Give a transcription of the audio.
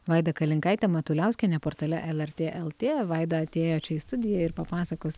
vaida kalinkaitė matuliauskienė portale lrt lt vaida atėjo čia į studiją ir papasakos